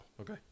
Okay